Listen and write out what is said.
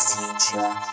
Future